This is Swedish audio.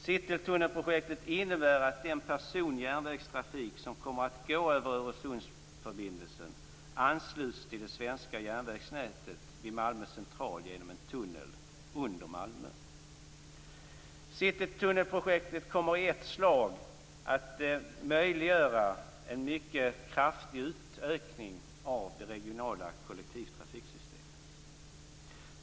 Citytunnelprojektet innebär att den persontrafik som kommer att gå över Öresundsförbindelsen ansluts till det svenska järnvägsnätet vid Malmö central genom en tunnel under Malmö. Citytunnelprojektet kommer i ett slag att möjliggöra en mycket kraftig utökning av det regionala kollektivtrafiksystemet.